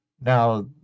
Now